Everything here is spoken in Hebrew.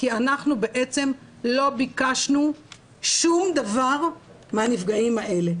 כי אנחנו בעצם לא ביקשנו שום דבר מהנפגעים האלה.